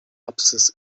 apsis